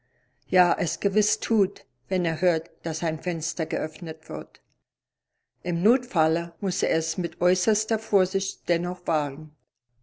ja es gewiß tut wenn er hört daß ein fenster geöffnet wird im notfalle muß er es mit äußerster vorsicht dennoch